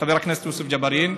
חבר הכנסת יוסף ג'בארין,